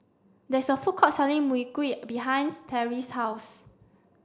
there is a food court selling Mui Kee behind Terri's house